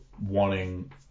wanting